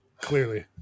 Clearly